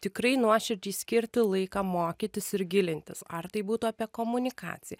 tikrai nuoširdžiai skirti laiką mokytis ir gilintis ar tai būtų apie komunikaciją